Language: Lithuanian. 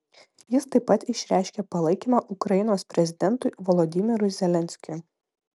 jis taip pat išreiškė palaikymą ukrainos prezidentui volodymyrui zelenskiui